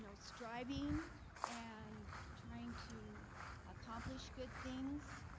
so striving and trying to accomplish good things.